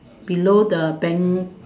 below the bank